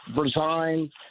resigned